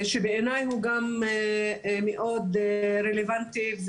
שבעיניי הוא גם מאוד רלוונטי,